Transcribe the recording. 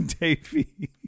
Davey